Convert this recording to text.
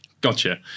Gotcha